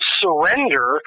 surrender